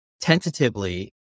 tentatively